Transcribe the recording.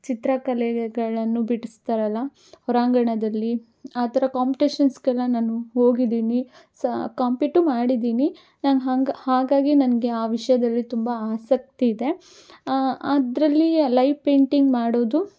ಚಿತ್ರಕಲೆಗಳನ್ನು ಬಿಡಿಸ್ತಾರಲ್ಲ ಹೋರಾಂಗಣದಲ್ಲಿ ಆ ಥರ ಕಾಂಪಿಟೇಶನ್ಸ್ಗೆಲ್ಲ ನಾನು ಹೋಗಿದ್ದೀನಿ ಸಹಾ ಕಾಂಪೀಟು ಮಾಡಿದ್ದೀನಿ ನಾನು ಹಂಗೆ ಹಾಗಾಗಿ ನನಗೆ ಆ ವಿಷಯದಲ್ಲಿ ತುಂಬ ಆಸಕ್ತಿ ಇದೆ ಅದರಲ್ಲಿ ಲೈವ್ ಪೇಂಟಿಂಗ್ ಮಾಡೋದು